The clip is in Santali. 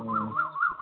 ᱚ